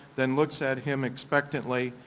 then looks at him expectantly,